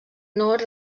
nord